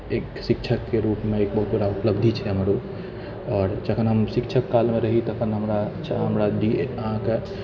एक शिक्षक के रुपमे एक बहुत बड़ा उपलब्धि छै हमरो आओर जखन हम शिक्षक कालमे रहि तखन हमरा डी ए अहाँके